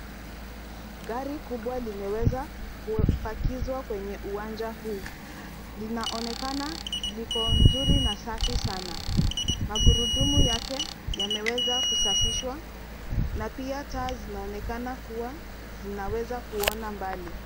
Gari kubwa limeweza kupakizwa kwenye uwanja huu. Linaonekana liko nzuri na safi sana. Magurudumu yake yameweza kusafishwa na pia taa zinaonekana kuwa zinaweza kuona mbali.